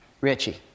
Richie